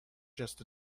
just